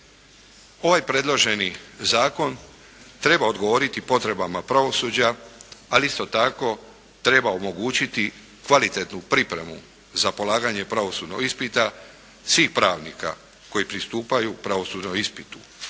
Ovaj predloženi zakon treba odgovoriti potrebama pravosuđa ali isto tako treba omogućiti kvalitetnu pripremu za polaganje pravosudnog ispita svih pravnika koji pristupaju pravosudnom ispitu